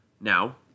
Now